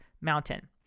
mountain